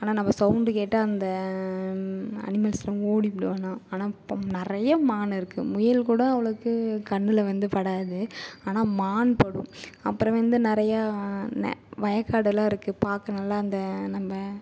ஆனால் நம்ம சௌண்டு கேட்டால் அந்த அனிமல்ஸெலாம் ஓடிவிடும் ஆனால் ஆனால் பொம் நிறைய மான் இருக்குது முயல் கூட அவ்வளோவுக்கு கண்ணில் வந்து படாது ஆனால் மான் படும் அப்புறம் வந்து நிறைய நெ வயக்காடெலாம் இருக்குது பார்க்க நல்லா அந்த நம்ப